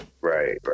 Right